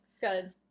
Good